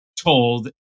told